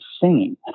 singing